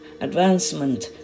advancement